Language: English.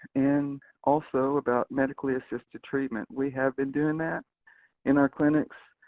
and also about medically assisted treatment. we have been doing that in our clinics